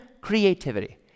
creativity